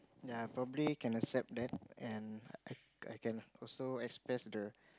yea probably cannot set that and I I can also expressed